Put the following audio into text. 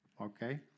okay